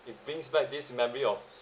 it brings back this memory of